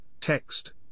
text